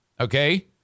Okay